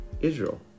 Israel